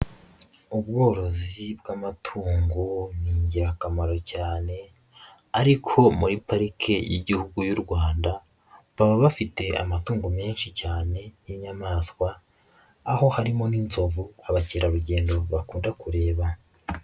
Ubworozi bw'amatungo ni ingirakamaro cyane, ariko muri pariki y'igihugu y'u Rwanda baba bafite amatungo menshi cyane y'inyamaswa aho harimo n'inzovu abakerarugendo bakunda kureba.